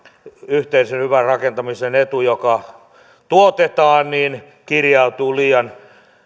yhteisen hyvän rakentamisen etu joka maakunnista tuotetaan kirjautuu liian